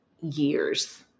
years